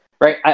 right